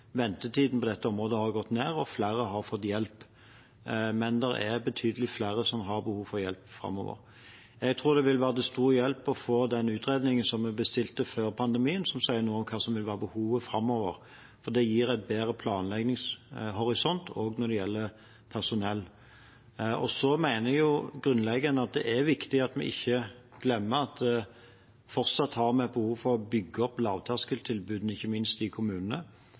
ventetiden på dette området har gått ned, og flere har fått hjelp. Men det er betydelig flere som har behov for hjelp framover. Jeg tror det vil være til stor hjelp å få den utredningen som vi bestilte før pandemien, som skal si noe om hva som vil være behovet framover. Det gir en bedre planleggingshorisont også når det gjelder personell. Så mener jeg grunnleggende at det er viktig at vi ikke glemmer at vi fortsatt har behov for å bygge opp lavterskeltilbudene ikke minst i kommunene.